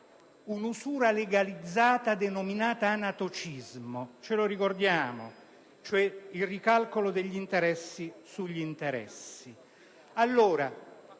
un'usura legalizzata denominata anatocismo (che consiste nel ricalcolo degli interessi sugli interessi).